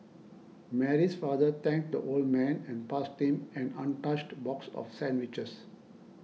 Mary's father thanked the old man and passed him an untouched box of sandwiches